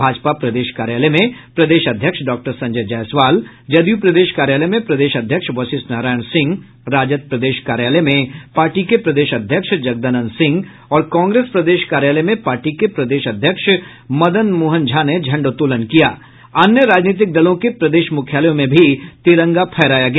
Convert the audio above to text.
भाजपा प्रदेश कार्यालय में प्रदेश अध्यक्ष डॉक्टर संजय जयसवाल जदयू प्रदेश कार्यालय में प्रदेश अध्यक्ष वशिष्ठ नारायण सिंह राजद प्रदेश कार्यालय में पार्टी के प्रदेश अध्यक्ष जगदानंद सिंह और कांग्रेस प्रदेश कार्यालय में पार्टी के प्रदेश अध्यक्ष मदन मोहन झा समेत अन्य राजनीतिक दलों के प्रदेश मुख्यालयों में भी तिरंगा फहराया गया